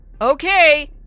Okay